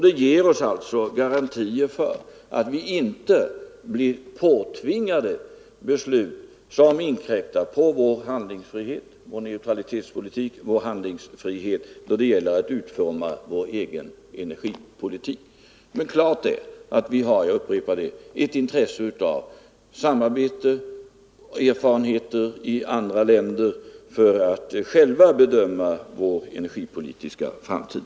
Detta ger oss garantier för att vi inte blir påtvingade beslut som inkräktar på vår handlingsfrihet i fråga om neutralitetspolitiken eller vår handlingsfrihet då det gäller att utforma vår energipolitik. Men klart är — jag upprepar det — att vi har ett intresse av samarbete och utbyte av erfarenheter med andra länder för att själva kunna bedöma vår energipolitiska framtid.